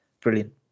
Brilliant